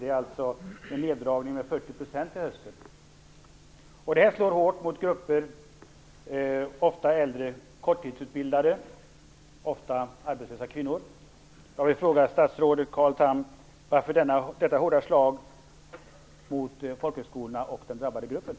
Det handlar alltså om en neddragning på 40 % till hösten. Detta slår hårt mot olika grupper, ofta äldre, korttidsutbildade personer och arbetslösa kvinnor. Jag vill fråga statsrådet Carl Tham: Varför detta hårda slag mot folkhögskolorna och mot de drabbade grupperna?